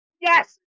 Yes